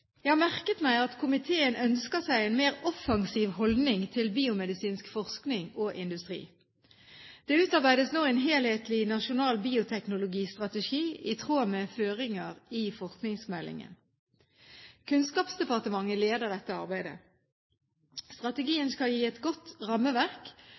Jeg har merket meg at komiteen ønsker seg en mer offensiv holdning til biomedisinsk forskning og industri. Det utarbeides nå en helhetlig nasjonal bioteknologistrategi i tråd med føringer i forskningsmeldingen. Kunnskapsdepartementet leder dette arbeidet.